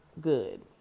good